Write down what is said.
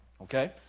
Okay